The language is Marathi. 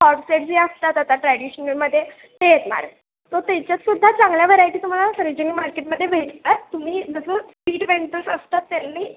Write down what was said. हॉट सेट जे असतात आता ट्रॅडिशनलमध्ये ते येत मार तो त्याच्यातसुद्धा चांगल्या व्हरायटी तुम्हाला सरोजिनी मार्केटमध्ये भेटतात तुम्ही जसं स्ट्रीट वेंटल्स असतात त्यांनी